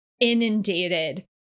inundated